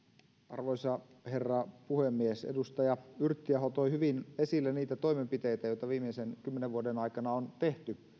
arvoisa herra puhemies edustaja yrttiaho toi hyvin esille niitä toimenpiteitä joita viimeisen kymmenen vuoden aikana on tehty